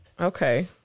Okay